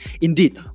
Indeed